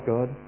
God